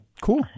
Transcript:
cool